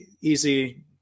easy